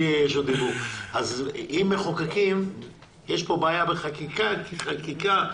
יש כאן בעיה בחקיקה כי אני לא מכיר חקיקה רטרואקטיבית.